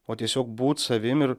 o tiesiog būt savim ir